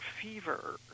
fever